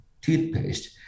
toothpaste